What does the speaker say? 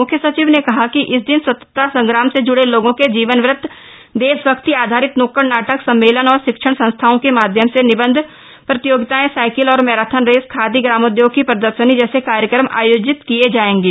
मुख्य सचिव ने कहा कि इस दिन स्वतंत्रता संग्राम से ज्डे लोगों के जीवनवृत देशभक्ति आधारित न्क्कड़ नाटक सम्मेलन और शिक्षण संस्थाओं के माध्यम से निबन्ध प्रतियोगिताएं साइकिल और मैराथन रेस खादी ग्रामोद्योग की प्रदर्शनी जैसे कार्यक्रम आयोजित किये जाएंगे